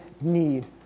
need